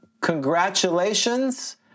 congratulations